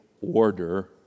order